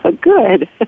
Good